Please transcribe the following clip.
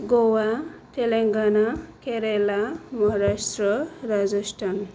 Goa Telangana Kerala Maharashtra Rajasthan